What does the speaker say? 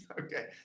Okay